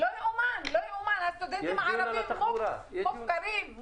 הסטודנטים הערבים מופקרים.